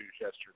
yesterday